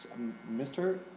Mr